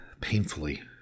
painfully